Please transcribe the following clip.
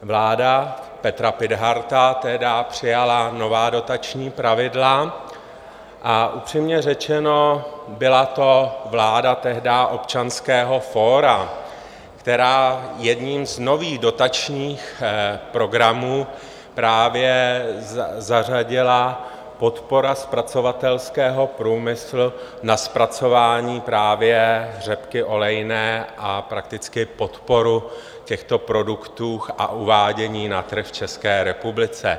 Vláda Petra Pitharta tehdy přijala nová dotační pravidla, a upřímně řečeno, byla to vláda tehdy Občanského fóra, která jedním z nových dotačních programů zařadila podporu zpracovatelského průmyslu na zpracování právě řepky olejné a podporu těchto produktů a uvádění na trh v České republice.